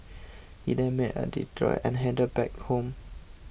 he then made a detour and headed back home